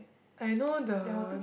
I know the